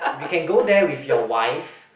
you can go there with your wife